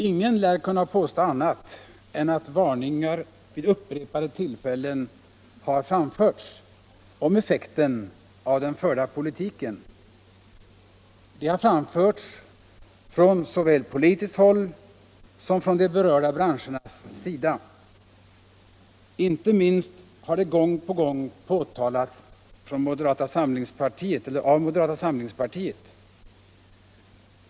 Ingen lär kunna påstå annat än att varningar vid upprepade tillfällen har framförts om effekten av den förda politiken. Sådana varningar har framförts såväl från politiskt håll som från de berörda branschernas sida. Inte minst har detta gång på gång uttalats av moderata samlingspartiet.